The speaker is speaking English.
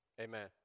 Amen